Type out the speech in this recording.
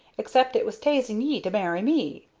except it was t'asing ye to marry me.